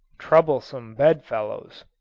troublesome bedfellows